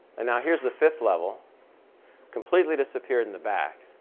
and now here's the fifth level completely disappeared in the back.